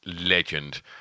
legend